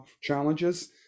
challenges